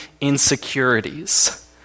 insecurities